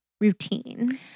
routine